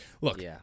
look